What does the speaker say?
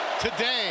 today